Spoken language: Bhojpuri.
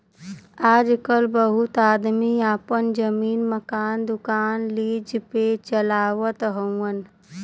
आजकल बहुत आदमी आपन जमीन, मकान, दुकान लीज पे चलावत हउअन